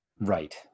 Right